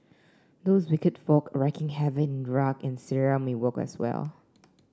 those wicked folk wreaking havoc in Iraq and Syria may work as well